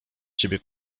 ciebie